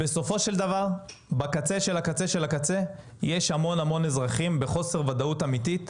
בסופו של דבר בקצה של הקצה של הקצה יש המון אזרחים בחוסר ודאות אמיתית,